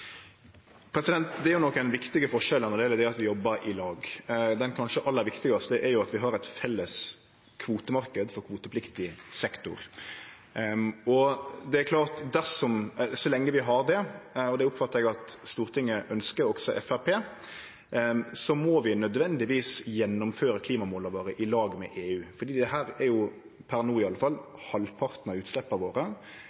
Det er nokre viktige forskjellar når det gjeld det at vi jobbar i lag. Det kanskje aller viktigaste er at vi har ein felles kvotemarknad for kvotepliktig sektor, og så lenge vi har det – og det oppfattar eg at Stortinget ønskjer, også Framstegspartiet – må vi nødvendigvis gjennomføre klimamåla våre i lag med EU, for dette er, per no